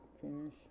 Finish